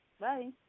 Bye